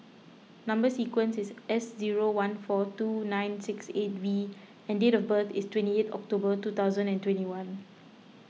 Number Sequence is S zero one four two nine six eight V and date of birth is twenty eight October two thousand and twenty one